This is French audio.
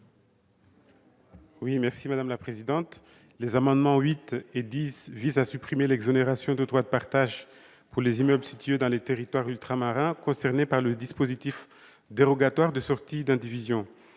est l'avis de la commission ? Les amendements n 8 et 10 visent à supprimer l'exonération de droit de partage pour les immeubles situés dans les territoires ultramarins concernés par le dispositif dérogatoire de sortie d'indivision.